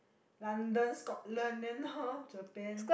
London Scotland then now Japan